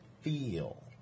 feel